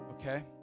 Okay